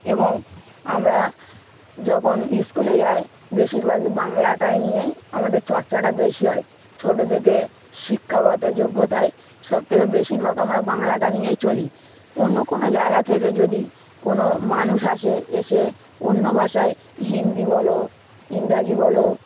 এবং আমরা যখন স্কুলে যাই বেশিরভাগই বাংলাটায় নিয়েই আমাদের চর্চাটা বেশি হয় ছোটো থেকে শিক্ষাগত যোগ্যতায় সবথেকে বেশিরভাগই আমরা বাংলাটা নিয়েই চলি অন্য কোনো জায়গা থেকে যদি কোনো মানুষ আসে এসে অন্য ভাষায় হিন্দি বলো ইংরাজি বলো